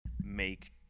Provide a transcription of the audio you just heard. make